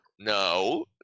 No